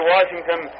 Washington